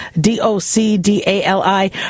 d-o-c-d-a-l-i